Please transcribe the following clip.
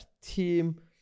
team